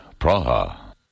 Praha